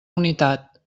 unitat